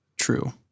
True